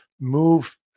move